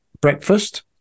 Breakfast